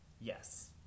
Yes